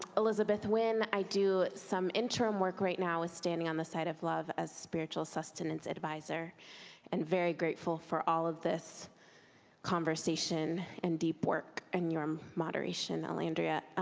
elizabeth winn. i do some interim work right now withstanding on the side of love as spiritual sustenance sustenance advisor and very grateful for all of this conversation and deep work and your moderation, elandria.